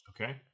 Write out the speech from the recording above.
Okay